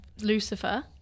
Lucifer